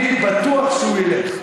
אני בטוח שהוא ילך.